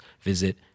visit